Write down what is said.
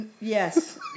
Yes